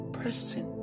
person